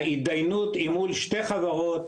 ההתדיינות היא מול שתי חברות,